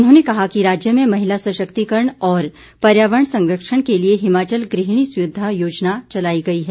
उन्होंने कहा कि राज्य में महिला सशक्तिकरण और पर्यावरण संरक्षण के लिए हिमाचल गृहिणी सुविधा योजना चलाई गई है